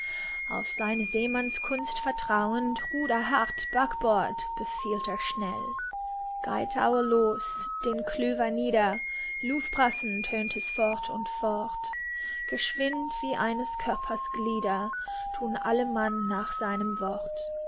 auf seine seemannskunst vertrauend ruder hart backbord befiehlt er schnell geitaue los den klüver nieder luvbrassen tönt es fort und fort geschwind wie eines körpers glieder thun alle mann nach seinem wort